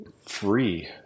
free